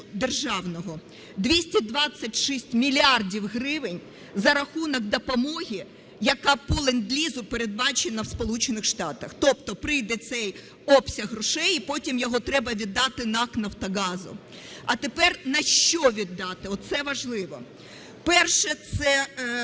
державного 226 мільярдів гривень за рахунок допомоги, яка по ленд-лізу передбачена в Сполучених Штатах. Тобто прийде цей обсяг грошей і потім його треба віддати НАК "Нафтогаз". А тепер на що віддати, оце важливо. Перше – це…